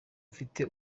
mfite